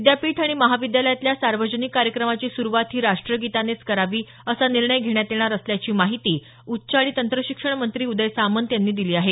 विद्यापीठ आणि महाविद्यालयातल्या सार्वजनिक कार्यक्रमाची सुरुवात ही राष्टगीतानेच करावी असा निर्णय घेण्यात येणार असल्याची माहिती उच्च आणि तंत्रशिक्षण मंत्री उदय सामंत यांनी दिली आहे